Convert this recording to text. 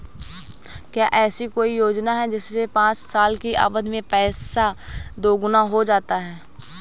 क्या ऐसी कोई योजना है जिसमें पाँच साल की अवधि में पैसा दोगुना हो जाता है?